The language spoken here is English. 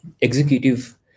executive